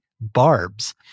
barbs